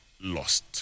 lost